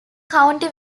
county